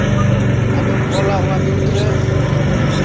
ᱟᱢᱮᱢ ᱚᱞᱟ ᱚᱱᱟ ᱵᱤᱨᱩᱫᱽ ᱨᱮ